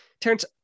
Terrence